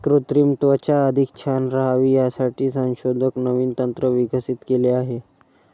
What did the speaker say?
कृत्रिम त्वचा अधिक छान राहावी यासाठी संशोधक नवीन तंत्र विकसित केले आहे